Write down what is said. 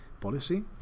policy